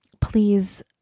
please